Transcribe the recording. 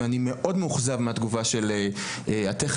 ואני מאוד מאוכזב מהתגובה של הטכניון